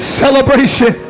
celebration